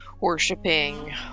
worshipping